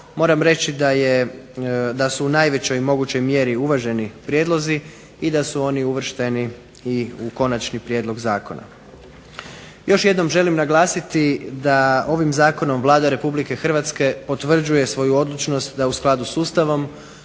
Moram reći da je, da su u najvećoj mogućoj mjeri uvaženi prijedlozi i da su oni uvršteni i u konačni prijedlog zakona. Još jednom želim naglasiti da ovim zakonom Vlada Republike Hrvatske potvrđuje svoju odlučnost da u skladu s Ustavom